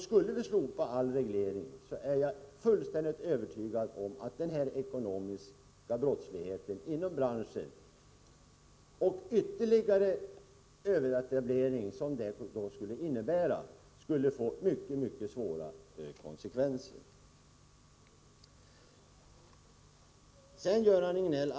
Skulle vi slopa all reglering skulle den ekonomiska brottsligheten inom branschen och den ytterligare överetablering det skulle innebära få mycket svåra konsekvenser — det är jag fullständigt övertygad om.